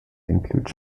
include